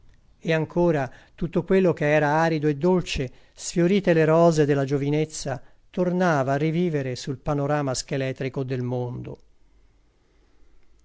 e ancora tutto quello che era arido e dolce sfiorite le rose della giovinezza tornava a rivivere sul panorama scheletrico del mondo